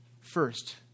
first